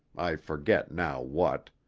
i forget now what.